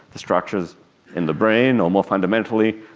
the structures in the brain or, more fundamentally,